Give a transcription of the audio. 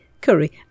curry